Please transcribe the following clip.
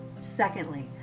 Secondly